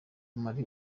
marley